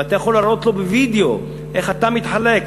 ואתה יכול להראות לו בווידיאו איך התא מתחלק,